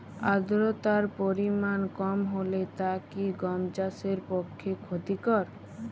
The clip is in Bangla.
আর্দতার পরিমাণ কম হলে তা কি গম চাষের পক্ষে ক্ষতিকর?